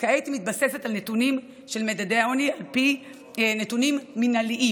וכעת היא מתבססת על נתונים של מדדי העוני לפי נתונים מינהליים,